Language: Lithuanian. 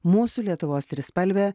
mūsų lietuvos trispalvė